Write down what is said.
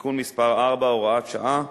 (תיקון מס' 4, הוראת שעה)